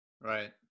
Right